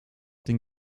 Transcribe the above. den